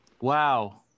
Wow